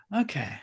Okay